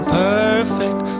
perfect